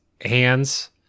hands